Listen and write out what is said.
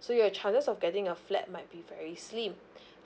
so your chances of getting a flat might be very slim